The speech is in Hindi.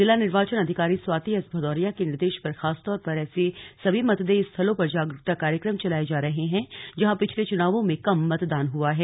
जिला निर्वाचन अधिकारी स्वाति एस भदौरिया के निर्देश पर खासतौर पर ऐसे सभी मतदेय स्थलों पर जागरूकता कार्यक्रम चलाये जा रहे हैं जहां पिछले चुनावों में कम मतदान हुआ है